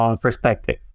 perspective